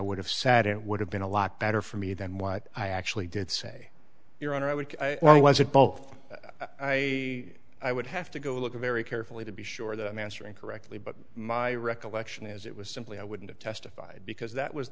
would have said it would have been a lot better for me than what i actually did say your honor i would it was it both i i would have to go look at very carefully to be sure the answer incorrectly but my recollection is it was simply i wouldn't have testified because that was